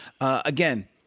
Again